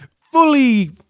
fully